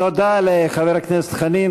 תודה לחבר הכנסת חנין.